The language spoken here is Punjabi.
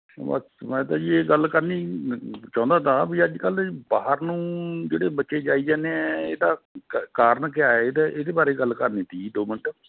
ਬਸ ਮੈਂ ਤਾਂ ਜੀ ਇਹ ਗੱਲ ਕਰਨੀ ਚਾਹੁੰਦਾ ਸੀ ਵੀ ਅੱਜ ਕੱਲ੍ਹ ਬਾਹਰ ਨੂੰ ਜਿਹੜੇ ਬੱਚੇ ਜਾਈ ਜਾਂਦੇ ਹੈ ਇਹਦਾ ਦਾ ਕਾਰਨ ਕੀ ਹੈ ਇਹਦੇ ਇਹਦੇ ਬਾਰੇ ਗੱਲ ਕਰਨੀ ਸੀ ਜੀ ਦੋ ਮਿੰਟ